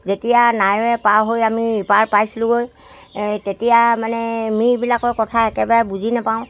যেতিয়া নাৱৰে পাৰ হৈ আমি ইপাৰ পাইছিলোঁগৈ তেতিয়া মানে মিৰিবিলাকৰ কথা একেবাৰে বুজি নাপাওঁ